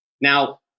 Now